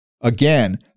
Again